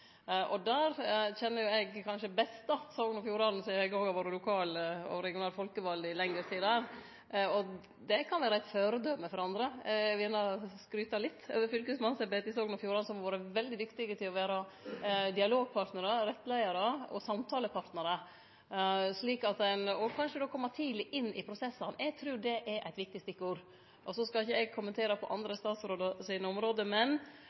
og der kjenner eg kanskje best Sogn og Fjordane, sidan eg òg har vore ein lokalt og regionalt folkevald i lengre tid der. Det fylket kan vere eit førebilete for andre. Eg vil gjerne skryte litt av fylkesmannsembetet i Sogn og Fjordane, som har vore veldig dyktige til å vere dialogpartnarar, rettleiarar og samtalepartnarar, slik at ein kanskje då kjem tidleg inn i prosessane. Eg trur det er eit viktig stikkord. Eg skal ikkje kommentere på andre statsrådar sine område, men